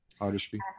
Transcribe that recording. artistry